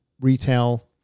retail